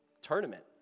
tournament